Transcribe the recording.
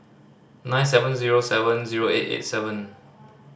nine seven zero seven zero eight eight seven